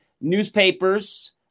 newspapers